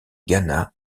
ghana